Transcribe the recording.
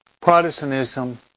Protestantism